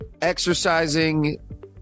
exercising